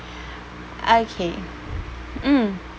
okay mm